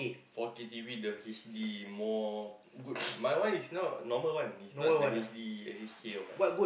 four-K T_V the H_D more good mine one is not normal one is not the H_D or H_A or what